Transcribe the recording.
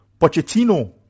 Pochettino